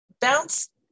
bounce